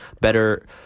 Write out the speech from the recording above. better